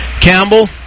Campbell